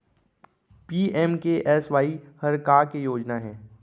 PMKSY हर का के योजना हे?